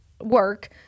work